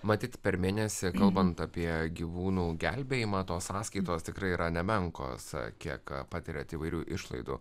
matyt per mėnesį kalbant apie gyvūnų gelbėjimą tos sąskaitos tikrai yra nemenkos sakėt kad patiria įvairių išlaidų